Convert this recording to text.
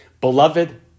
Beloved